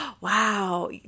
wow